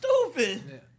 stupid